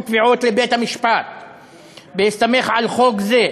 תביעות לבית-המשפט בהסתמך על חוק זה,